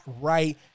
right